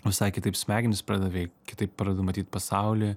visai kitaip smegenys pradeda veikt kitaip pradedu matyt pasaulį